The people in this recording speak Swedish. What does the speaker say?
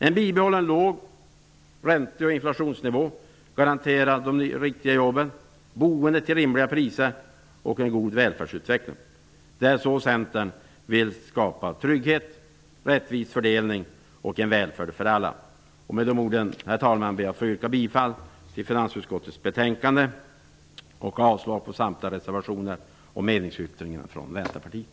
En bibehållen låg ränte och inflationsnivå garanterar riktiga jobb, boende till rimliga priser och en god välfärdsutveckling. Det är på det viset som Centern vill skapa trygghet, genom rättvis fördelning och en välfärd för alla. Herr talman! Med dessa ord vill jag yrka bifall till hemställan i finansutskottets betänkande och avslag på samtliga reservationer och på meningsyttringen från Vänsterpartiet.